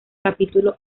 capítulo